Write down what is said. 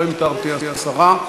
לא המתנתי, השרה.